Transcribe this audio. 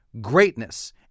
greatness